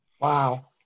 wow